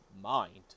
mind